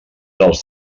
dels